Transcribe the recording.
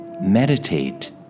Meditate